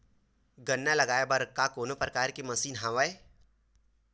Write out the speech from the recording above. गन्ना लगाये बर का कोनो प्रकार के मशीन हवय?